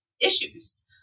issues